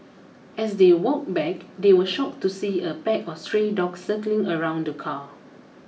as they walked back they were shocked to see a pack of stray dogs circling around the car